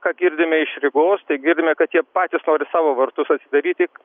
ką girdime iš rygos tai girdime kad jie patys nori savo vartus atsidaryti